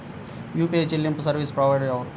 UPI చెల్లింపు service provider ఎవరు?